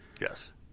Yes